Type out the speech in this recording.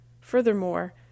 furthermore